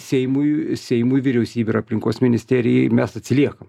seimui seimui vyriausybei ir aplinkos ministerijai mes atsiliekam